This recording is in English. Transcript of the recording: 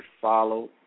follow